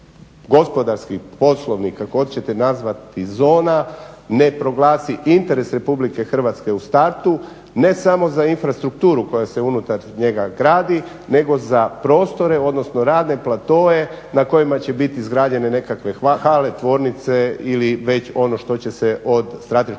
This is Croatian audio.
gospodarskih, poslovnik, kako god hoćete nazvati, zona ne proglasi interes Republike Hrvatske u startu, ne samo za infrastrukturu koja se unutar njega gradi nego za prostore odnosno radne platoe na kojima će biti izgrađene nekakve hale, tvornice ili već ono što će se od strateške